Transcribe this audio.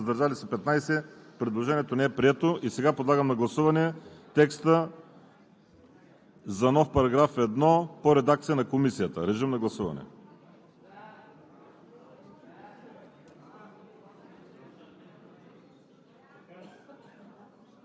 неприето от Комисията. Гласували 125 народни представители: за 33, против 77, въздържали се 15. Предложението не е прието. Сега подлагам на гласуване текста за нов § 1 по редакция на Комисията. Гласували